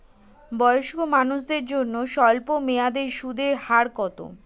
বয়স্ক মানুষদের জন্য স্বল্প মেয়াদে সুদের হার কত?